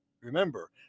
remember